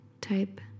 type